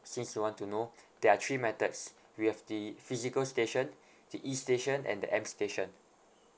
since you want to know there are three methods we have the physical station the E station and the M station